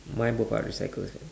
mine both are recycles